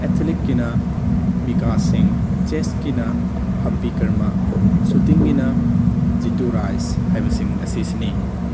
ꯑꯦꯊꯂꯤꯛꯀꯤꯅ ꯃꯤꯀꯥ ꯁꯤꯡ ꯆꯦꯁꯀꯤꯅ ꯍꯝꯕꯤ ꯀꯔꯃ ꯁꯨꯇꯤꯡꯒꯤꯅ ꯖꯤꯇꯨ ꯔꯥꯏꯁ ꯍꯥꯏꯕꯁꯤꯡ ꯑꯁꯤꯁꯤꯅꯤ